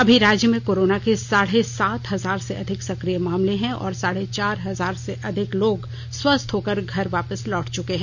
अभी राज्य में कोरोना के साढ़े सात हजार से अधिक सकिय मामले हैं और साढ़े चार हजार से अधिक लोग स्वस्थ होकर घर वापस लौट चके है